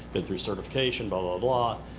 been through certification, blah, blah, blah,